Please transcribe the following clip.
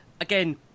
again